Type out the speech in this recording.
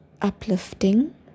uplifting